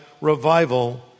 revival